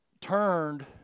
turned